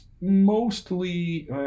Mostly